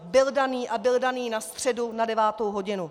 Byl daný a byl daný na středu na 9. hodinu.